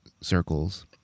circles